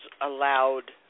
allowed